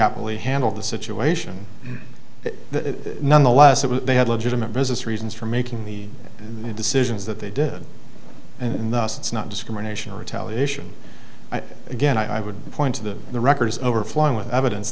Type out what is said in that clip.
happily handled the situation nonetheless if they had legitimate business reasons for making the decisions that they did in the us it's not discrimination retaliation again i would point to the the record is overflowing with evidence